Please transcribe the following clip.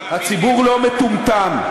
הציבור לא מטומטם.